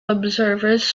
observers